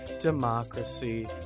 democracy